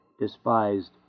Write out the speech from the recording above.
despised